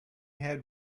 had